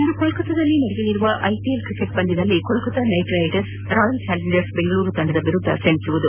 ಇಂದು ಕೋಲ್ಕತ್ತಾದಲ್ಲಿ ನಡೆಯಲಿರುವ IPL cricket ಪಂದ್ಯದಲ್ಲಿ Kolkata Knight Riders Royal Challengers Bengaluru ತಂಡದ ವಿರುದ್ದ ಸೆಣೆಸಲಿದೆ